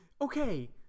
Okay